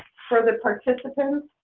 for the participants?